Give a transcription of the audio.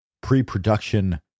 pre-production